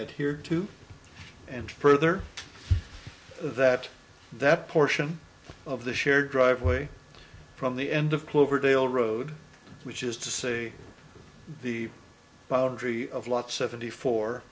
adhered to and further that that portion of the shared driveway from the end of cloverdale road which is to say the boundary of lot seventy four